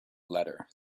letter